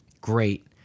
great